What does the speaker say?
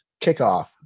kickoff